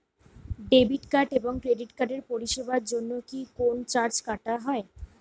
Debit card এবং credit কার্ডের পরিষেবার জন্য কি কোন চার্জ কাটা হয়?